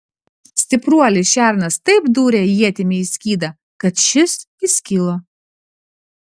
stipruolis šernas taip dūrė ietimi į skydą kad šis įskilo